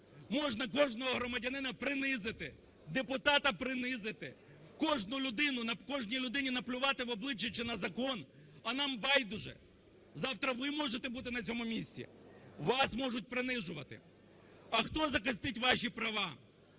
Можна кожного громадянина принизити, депутата принизити, кожну людина… кожній людині наплювати в обличчя чи на закон. А нам байдуже. Завтра ви можете бути на цьому місці, вас можуть принижувати. А хто захистить ваші права?